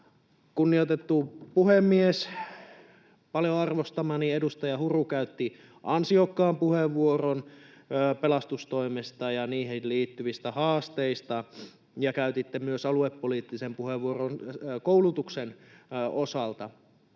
Kunnioitettu puhemies! Paljon arvostamani edustaja Huru käytti ansiokkaan puheenvuoron pelastustoimesta ja siihen liittyvistä haasteista, ja käytitte myös aluepoliittisen puheenvuoron koulutuksen osalta.